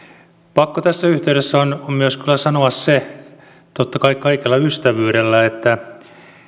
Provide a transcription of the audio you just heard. pakko tässä yhteydessä on on myös kyllä sanoa se totta kai kaikella ystävyydellä että